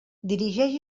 dirigeix